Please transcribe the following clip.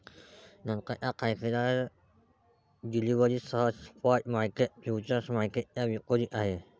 नंतरच्या तारखेला डिलिव्हरीसह स्पॉट मार्केट फ्युचर्स मार्केटच्या विपरीत आहे